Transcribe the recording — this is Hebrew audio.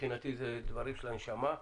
מבחינתי אלה דברים שבנשמה.